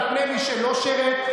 על פני מי שלא שירת,